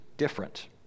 different